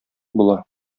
була